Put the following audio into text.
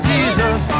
Jesus